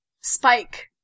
Spike